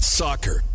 soccer